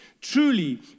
Truly